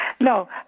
No